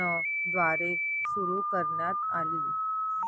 न द्वारे सुरू करण्यात आली